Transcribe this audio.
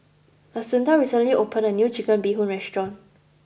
Assunta recently opened a new Chicken Bee Hoon restaurant